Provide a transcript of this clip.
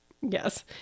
Yes